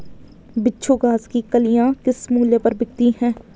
बिच्छू घास की कलियां किस मूल्य पर बिकती हैं?